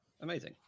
amazing